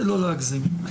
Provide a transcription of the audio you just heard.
לא להגזים.